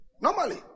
Normally